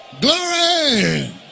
Glory